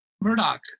Murdoch